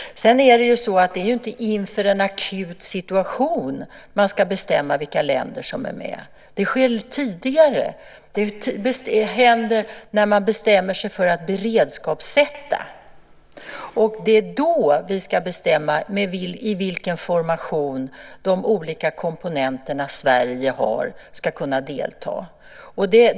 Sedan är det ju inte inför en akut situation man ska bestämma vilka länder som är med. Det sker tidigare, när man bestämmer sig för att beredskapssätta. Det är då vi ska bestämma i vilken formation de olika komponenter Sverige har ska kunna delta.